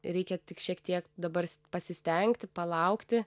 reikia tik šiek tiek dabar pasistengti palaukti